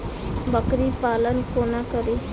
बकरी पालन कोना करि?